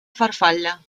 farfalla